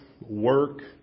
work